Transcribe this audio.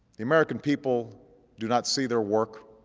the american people do not see their work,